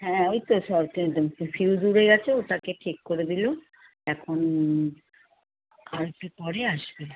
হ্যাঁ ওই তো ফিউজ উড়ে গেছে ওটাকে ঠিক করে দিলো এখন আর একটু পরে আসবে